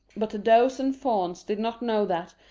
but the does and fawns did not know that,